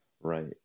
Right